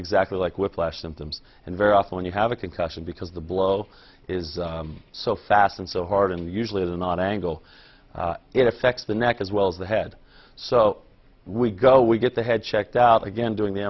exactly like whiplash symptoms and very often when you have a concussion because the blow is so fast and so hard and usually it is not angle it affects the neck as well as the head so we go we get the head checked out again doing the